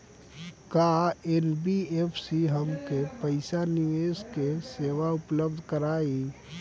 का एन.बी.एफ.सी हमके पईसा निवेश के सेवा उपलब्ध कराई?